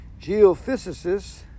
Geophysicists